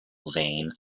vein